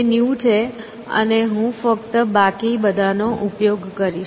તે ન્યુ છે અને હું ફક્ત બાકી બધાનો ઉપયોગ કરીશ